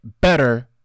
better